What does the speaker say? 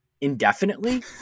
indefinitely